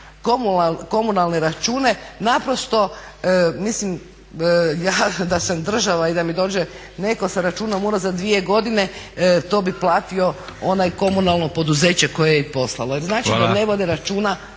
komunalne račune naprosto mislim ja da sam država i da mi dođe netko sa računom unazad dvije godine to bi platilo ono komunalno poduzeće koje je i poslalo jer znači da ne vode računa